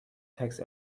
text